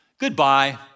goodbye